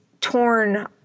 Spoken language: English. torn